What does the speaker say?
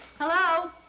Hello